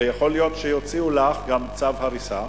ויכול להיות שיוציאו לך גם צו הריסה,